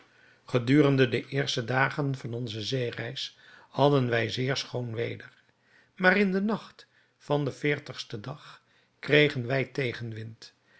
gedurende de eerste dagen van onze zeereis hadden wij zeer schoon weder maar in den nacht van den veertigsten dag kregen wij tegenwind